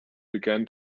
began